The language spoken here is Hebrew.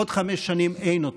בעוד חמש שנים אין אותו.